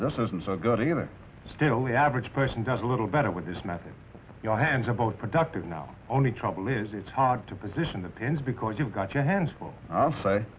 this isn't so good either still the average person does a little better with this method your hands about productive now only trouble is it's hard to position the pins because you've got your hands full i say